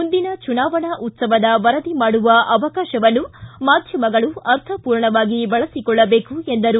ಮುಂದಿನ ಚುನಾವಣಾ ಉತ್ಸವದ ವರದಿ ಮಾಡುವ ಅವಕಾಶವನ್ನು ಮಾಧ್ಯಮಗಳು ಅರ್ಥಪೂರ್ಣವಾಗಿ ಬಳಸಿಕೊಳ್ಳಬೇಕು ಎಂದರು